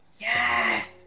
Yes